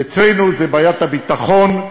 אצלנו זו בעיית הביטחון,